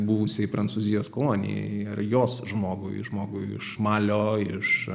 buvusiai prancūzijos kolonijai ir jos žmogui žmogui iš malio iš